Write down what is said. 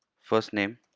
first name